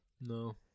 No